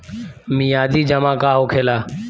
मियादी जमा का होखेला?